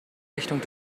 richtung